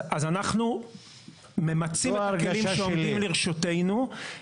אנחנו ממצים את הכלים שעומדים לרשותנו.